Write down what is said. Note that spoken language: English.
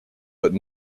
but